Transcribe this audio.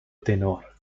tenor